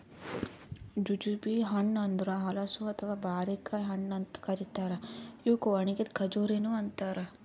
jujube ಹಣ್ಣ ಅಂದುರ್ ಹಲಸು ಅಥವಾ ಬಾರಿಕಾಯಿ ಹಣ್ಣ ಅಂತ್ ಕರಿತಾರ್ ಇವುಕ್ ಒಣಗಿದ್ ಖಜುರಿನು ಅಂತಾರ